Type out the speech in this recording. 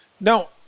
Now